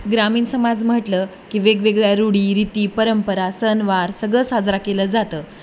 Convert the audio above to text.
ग्रामीण समाज म्हटलं की वेगवेगळ्या रूढी रीती परंपरा सणवार सगळं साजरा केलं जातं